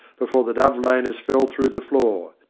before the dove-laners fell through the floor.